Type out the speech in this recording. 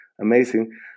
amazing